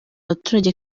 abaturage